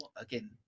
again